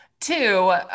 Two